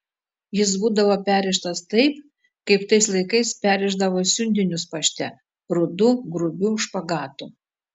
jis būdavo perrištas taip kaip tais laikais perrišdavo siuntinius pašte rudu grubiu špagatu